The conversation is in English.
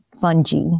Fungi